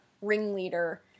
ringleader